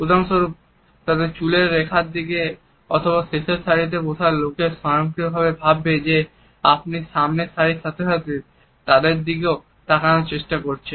উদাহরণস্বরূপ অথবা চুলের রেখার দিকে এবং তারপর শেষের সারিতে বসে থাকা লোকেরা স্বয়ংক্রিয়ভাবে ভাববে যে আপনি সামনের সারির সাথে সাথে তাদের দিকেও তাকানোর চেষ্টা করছেন